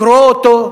לקרוא אותו,